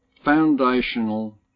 foundational